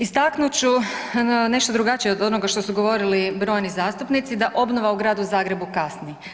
Istaknut ću nešto drugačije od onoga što su govorili brojni zastupnici, da obnova u gradu Zagrebu kasni.